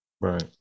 Right